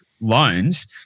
loans